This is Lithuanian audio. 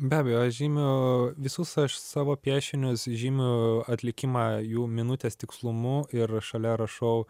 be abejo aš žymiu visus aš savo piešinius žymiu atlikimą jų minutės tikslumu ir šalia rašau